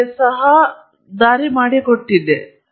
ಏಕೆಂದರೆ ನೀವು ಸಂಗ್ರಹಿಸಿದ ಸಾಧ್ಯವಿರುವ ಅನೇಕ ಡೇಟಾ ಸಂಗ್ರಹಗಳಲ್ಲಿ ಒಂದಾಗಿದೆ